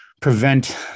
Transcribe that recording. prevent